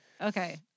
Okay